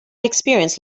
experience